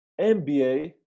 MBA